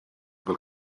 fel